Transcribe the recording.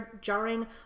jarring